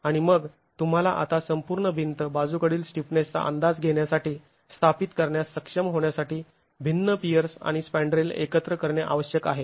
आणि मग तुंम्हाला आता संपूर्ण भिंत बाजूकडील स्टिफनेसचा अंदाज घेण्यासाठी स्थापित करण्यास सक्षम होण्यासाठी भिन्न पियर्स आणि स्पॅंड्रेल एकत्र करणे आवश्यक आहे